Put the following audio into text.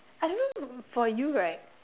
I don't know for you right